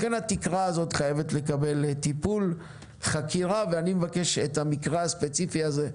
לכן התקרה הזו חייבת לקבל טיפול וחקירה ואני מבקש את המקרה הספציפי הזה,